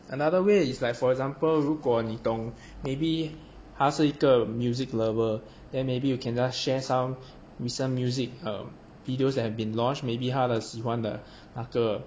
another way is like for example 如果你懂 maybe 她是一个 music lover then maybe you can just share some recent music err videos that have been launched maybe 她的喜欢的那个